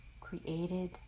created